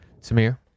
Samir